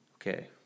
Okay